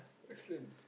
explain